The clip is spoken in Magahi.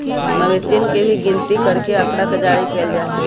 मवेशियन के भी गिनती करके आँकड़ा जारी कइल जा हई